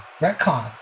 retcon